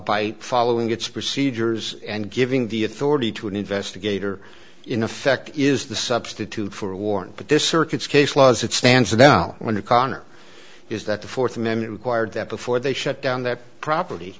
by following its procedures and giving the authority to an investigator in effect is the substitute for a warrant but this circuits case law as it stands now when it conner is that the fourth amendment required that before they shut down that property